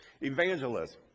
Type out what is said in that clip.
Evangelism